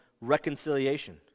reconciliation